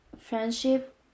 friendship